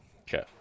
Okay